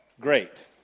great